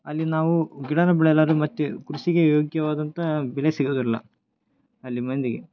ಅಲ್ಲಿ ನಾವು ಗಿಡನು ಬೆಳೆಯಲಾರು ಮತ್ತು ಕೃಷಿಗೆ ಯೋಗ್ಯವಾದಂಥ ಬೆಳೆ ಸಿಗೋದಿಲ್ಲ ಅಲ್ಲಿ ಮಂದಿಗೆ